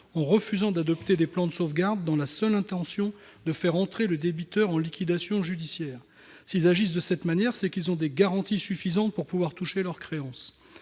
en refusant d'adopter des plans de sauvegarde, dans la seule intention de faire entrer le débiteur en liquidation judiciaire. S'ils agissent de cette manière, c'est qu'ils ont des garanties suffisantes pour pouvoir toucher leur créance.